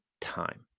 time